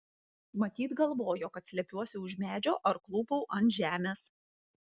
matyt galvojo kad slepiuosi už medžio ar klūpau ant žemės